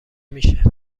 میشه